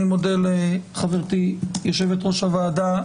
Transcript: אני מודה לחברתי יושבת-ראש הוועדה,